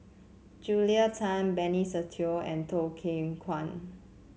Julia Tan Benny Se Teo and Choo Keng Kwang